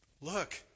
Look